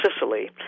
Sicily